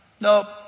nope